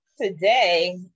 today